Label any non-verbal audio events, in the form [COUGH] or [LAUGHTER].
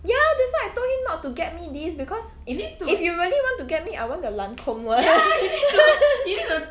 ya that's why I told him not to get me this because if you really want to get me I want the Lancome [one] [LAUGHS]